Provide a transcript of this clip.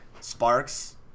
Sparks